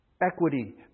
equity